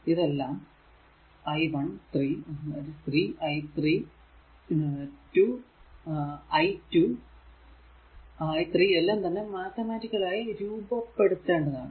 ഇതെല്ലാം i 1 3 3 i 3 i2 2 i 3 എല്ലാം തന്നെ മാത്തമറ്റിക്കൽ ആയി റോപപ്പെടുത്തേണ്ടതാണ്